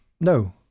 No